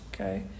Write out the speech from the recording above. okay